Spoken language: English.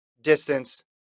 distance